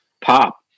pop